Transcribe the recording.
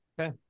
Okay